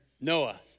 Noah